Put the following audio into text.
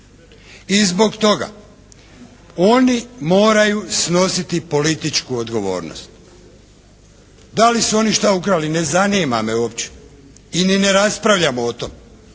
i zbog toga oni moraju snositi političku odgovornost. Da li su oni šta ukrali ne zanima me uopće i ne raspravljamo o tome,